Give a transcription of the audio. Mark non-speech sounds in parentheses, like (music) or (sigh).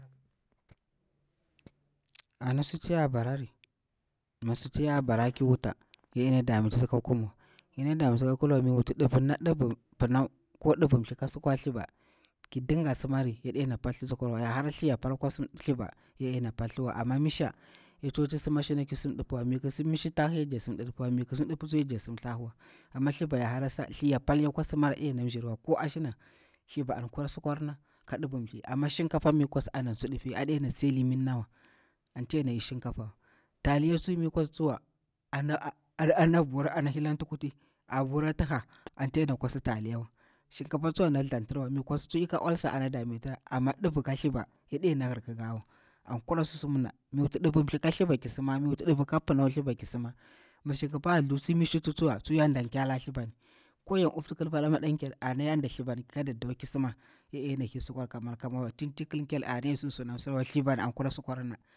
Ana suti ya barari, mi suti ya barari ki wuta ya ɗena darnititsi ka kura wa, yana dameti tsi ka kum wa, mi wuti nɗivirna, ndivir pinau ko nɗivir mthlika sukwa thliva ki dinga simari yaɗena palthli sikwarwa, thliva ya ɗena paltiwa, ya hara thliya amma misha ye tsokti sima ashina ki sim ɗipiwa, mi ki sim tahu ya tsokti jakti simni ɗipiwa, amma thliva ya hara thliya pal yakwa simari a ɗena mzerawa, thliva an kura sukwarina ka ɗivir mthli, amma shinkafa ana tsu difi aɗena tsaili miyir nawa, anti yana bir shinkafa wa. Taliya mi kwas tsuwa ana hilanti kuti, a vura tiha, anti yana kwas taliya wa, shinkafa tsuwa a ɗena than tirawa, amma ɗiva ka thliva ya ɗena ɦirkikawa, an kura susumirna, mi wuti divir mthli ki sirna, mi shinkafa hathu tsuwa ki shuta, tsu ya ɗankera thliva ni, ko yan ufti kilfa ala madanchar, ana ya dati thlivan ka daɗɗawa ki sirna, ya ɗena hir sukwa ka mal wa, thnti ik kila, thir thliva. (unintelligible)